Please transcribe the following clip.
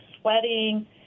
sweating